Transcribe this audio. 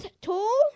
tall